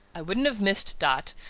i wouldn't have missed dot,